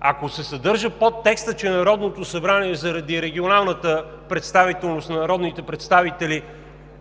Ако се съдържа подтекстът, че Народното събрание заради регионалната представителност на народните представители